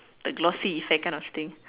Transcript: the glossy effect kind of thing